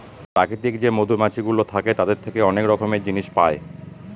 প্রাকৃতিক যে মধুমাছিগুলো থাকে তাদের থেকে অনেক রকমের জিনিস পায়